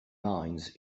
mines